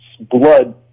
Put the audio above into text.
blood